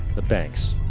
the banks.